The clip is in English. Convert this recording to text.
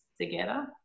together